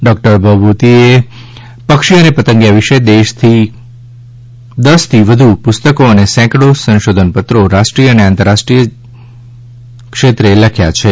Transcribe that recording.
doctor ભવભૂતિએ પક્ષી અને પતંગીયા વિશે દશથી વધુ પુસ્તકો અને સેંકડો સંશોધનપત્રો રાષ્ટ્રીય અને આંતરરાષ્ટ્રીય જર્નલોમાં લખ્યા છે